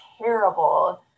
terrible